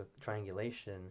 triangulation